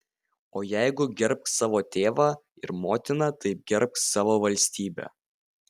o jeigu gerbk savo tėvą ir motiną tai gerbk savo valstybę